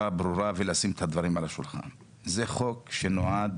ברורה ולשים אותם על השולחן זה חוק שמחוקק